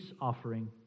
offering